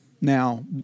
Now